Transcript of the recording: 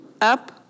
up